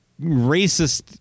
racist